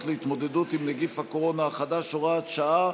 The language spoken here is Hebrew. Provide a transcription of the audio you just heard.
להתמודדות עם נגיף הקורונה החדש (הוראת שעה),